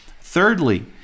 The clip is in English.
Thirdly